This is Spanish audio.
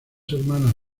hermanas